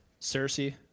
Cersei